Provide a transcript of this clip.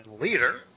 leader